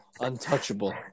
untouchable